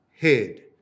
head